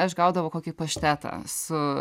aš gaudavau kokį paštetą su